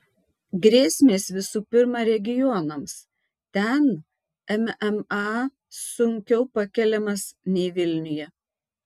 grėsmės visų pirma regionams ten mma sunkiau pakeliamas nei vilniuje